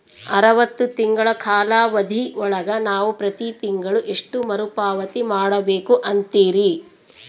ಅರವತ್ತು ತಿಂಗಳ ಕಾಲಾವಧಿ ಒಳಗ ನಾವು ಪ್ರತಿ ತಿಂಗಳು ಎಷ್ಟು ಮರುಪಾವತಿ ಮಾಡಬೇಕು ಅಂತೇರಿ?